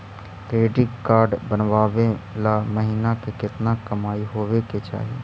Credit card बनबाबे ल महीना के केतना कमाइ होबे के चाही?